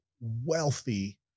wealthy